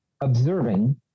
observing